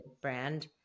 brand